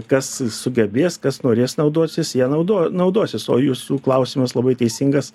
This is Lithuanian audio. kas sugebės kas norės naudotis ja naudo naudosis o jūsų klausimas labai teisingas